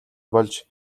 болж